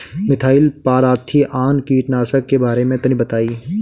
Methyl parathion कीटनाशक के बारे में तनि बताई?